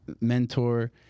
mentor